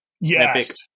Yes